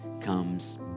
comes